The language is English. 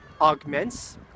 augments